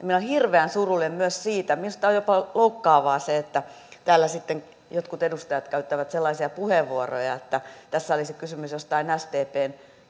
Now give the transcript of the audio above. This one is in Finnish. minä olen hirveän surullinen myös siitä minusta on jopa loukkaavaa se että täällä jotkut edustajat käyttävät sellaisia puheenvuoroja että tässä olisi kysymys jostain sdpn